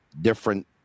different